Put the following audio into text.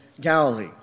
Galilee